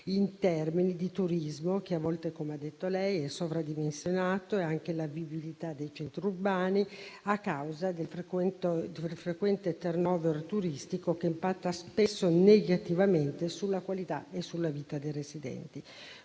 in termini di turismo che a volte, come ha detto lei, è sovradimensionato, così come in termini di vivibilità dei centri urbani, a causa del frequente *turnover* turistico che impatta spesso negativamente sulla qualità e sulla vita dei residenti.